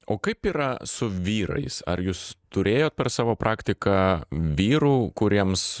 o kaip yra su vyrais ar jūs turėjot per savo praktiką vyrų kuriems